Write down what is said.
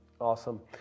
Awesome